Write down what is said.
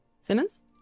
Simmons